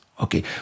okay